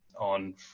on